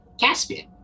Caspian